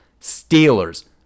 Steelers